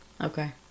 Okay